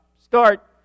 start